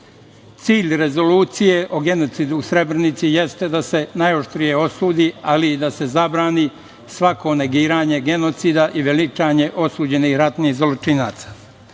rezolucije o genocidu u Srebrenicu jeste da se najoštrije osudi, ali i da se zabrani svako negiranje genocida i veličanje osuđenih ratnih zločinaca.